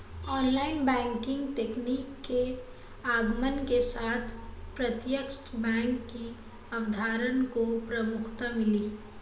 online banking तकनीक के आगमन के साथ प्रत्यक्ष बैंक की अवधारणा को प्रमुखता मिली